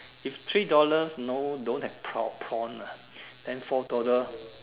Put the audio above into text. if three dollars no don't have pra~ prawn ah then four dollars